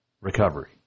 recovery